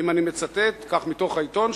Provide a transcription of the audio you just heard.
אני מצטט מתוך העיתון,